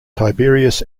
tiberius